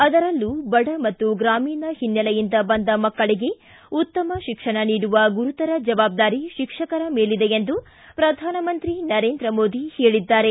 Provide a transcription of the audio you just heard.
ಅದರಲ್ಲೂ ಬಡ ಮತ್ತು ಗ್ರಾಮೀಣ ಹಿನ್ನೆಲೆಯಿಂದ ಬಂದ ಮಕ್ಕಳಿಗೆ ಉತ್ತಮ ಶಿಕ್ಷಣ ನೀಡುವ ಗುರುತರ ಜವಾಬ್ದಾರಿ ಶಿಕ್ಷಕರ ಮೇಲಿದೆ ಎಂದು ಪ್ರಧಾನಮಂತ್ರಿ ನರೇಂದ್ರ ಮೋದಿ ಹೇಳಿದ್ದಾರೆ